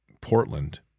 Portland